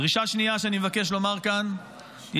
דרישה שנייה שאני מבקש לומר כאן היא